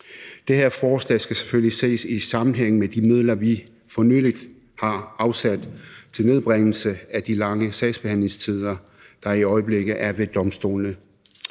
Det her forslag skal selvfølgelig ses i sammenhæng med de midler, vi for nylig har afsat til nedbringelse af de lange sagsbehandlingstider, der i øjeblikket er ved domstolene.